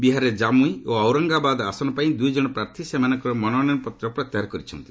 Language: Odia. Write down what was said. ବିହାରରେ କାମୁଇ ଓ ଔରଙ୍ଗାବାଦ ଆସନ ପାଇଁ ଦୁଇ କଣ ପ୍ରାର୍ଥୀ ସେମାନଙ୍କର ମନୋନୟନପତ୍ର ପ୍ରତ୍ୟାହାର କରିଛନ୍ତି